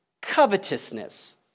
covetousness